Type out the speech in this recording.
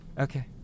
okay